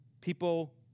people